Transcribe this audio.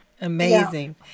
Amazing